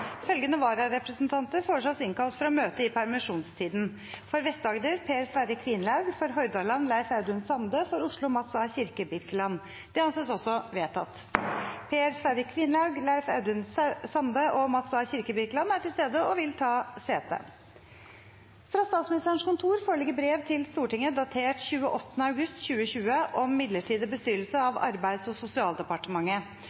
Følgende vararepresentanter innkalles for å møte i permisjonstiden: For Vest-Agder: Per Sverre Kvinlaug For Hordaland: Leif Audun Sande For Oslo: Mats A. Kirkebirkeland Per Sverre Kvinlaug, Leif Audun Sande og Mats A. Kirkebirkeland er til stede og vil ta sete. Fra Statsministerens kontor foreligger brev til Stortinget, datert 28. august 2020, om midlertidig bestyrelse